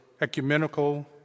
ecumenical